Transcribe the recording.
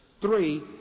Three